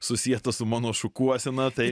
susietas su mano šukuosena tai